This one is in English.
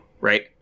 right